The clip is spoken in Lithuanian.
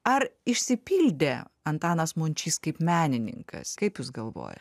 ar išsipildė antanas mončys kaip menininkas kaip jūs galvoja